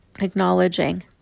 acknowledging